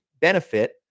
benefit